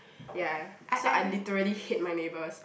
ya so I literally hate my neighbours